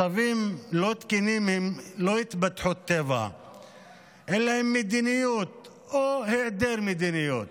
מצבים לא תקינים הם לא התפתחות טבע אלא הם מדיניות או היעדר מדיניות,